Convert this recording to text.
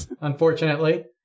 Unfortunately